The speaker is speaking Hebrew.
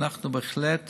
אנחנו בהחלט